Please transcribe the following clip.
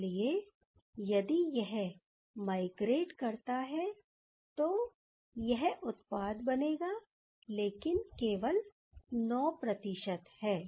इसलिए यदि यह माइग्रेट करता है तो यह उत्पाद बनेगा लेकिन यह केवल 9 है